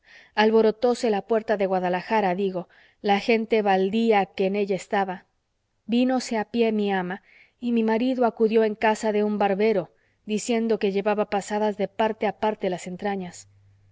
alguaciles alborotóse la puerta de guadalajara digo la gente baldía que en ella estaba vínose a pie mi ama y mi marido acudió en casa de un barbero diciendo que llevaba pasadas de parte a parte las entrañas